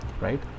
right